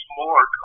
more